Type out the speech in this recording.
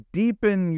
deepen